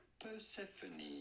Persephone